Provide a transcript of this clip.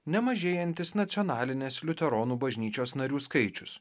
nemažėjantis nacionalinės liuteronų bažnyčios narių skaičius